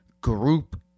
group